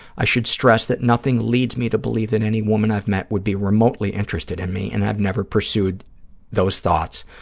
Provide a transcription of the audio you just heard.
i should stress that nothing leads me to believe that any woman i've met would be remotely interested in me and i've never pursued those thoughts.